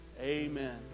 Amen